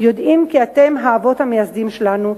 יודעים כי אתם האבות המייסדים שלנו.